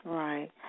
right